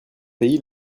pays